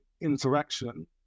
interaction